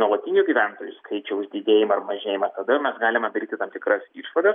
nuolatinių gyventojų skaičiaus didėjimą ar mažėjimą tada jau mes galime daryti tam tikras išvadas